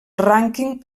rànquing